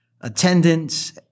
attendance